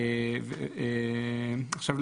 עכשיו,